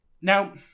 Now